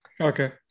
Okay